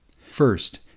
First